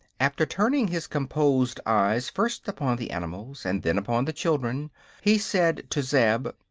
after turning his composed eyes first upon the animals and then upon the children he said to zeb,